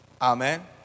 amen